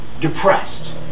depressed